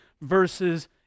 verses